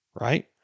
right